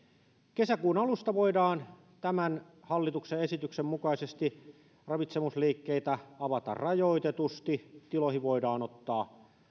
kesäkuun alusta voidaan tämän hallituksen esityksen mukaisesti ravitsemusliikkeitä avata rajoitetusti tiloihin voidaan ottaa